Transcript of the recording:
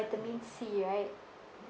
vitamin C right